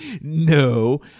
No